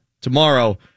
tomorrow